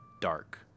dark